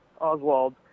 Oswald